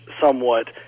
somewhat